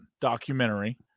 documentary